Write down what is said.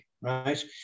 right